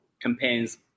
campaigns